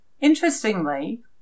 Interestingly